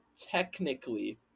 technically